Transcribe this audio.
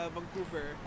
Vancouver